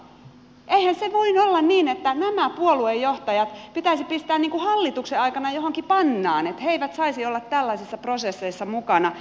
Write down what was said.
eihän se voi olla niin että nämä puoluejohtajat pitäisi pistää hallituksen aikana johonkin pannaan että he eivät saisi olla tällaisissa prosesseissa mukana